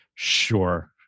Sure